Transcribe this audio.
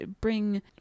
bring